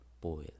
boil